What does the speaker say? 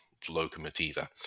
locomotiva